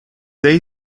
they